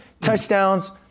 touchdowns